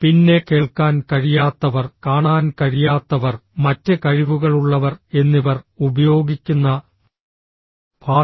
പിന്നെ കേൾക്കാൻ കഴിയാത്തവർ കാണാൻ കഴിയാത്തവർ മറ്റ് കഴിവുകളുള്ളവർ എന്നിവർ ഉപയോഗിക്കുന്ന ഭാഷ